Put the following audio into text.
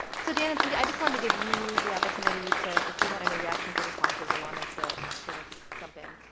so, dan and cindy, i just wanted to give you the opportunity to, if you had any reactions or responses or wanted to to sort of jump in.